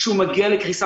כשהוא מגיע לקריסה,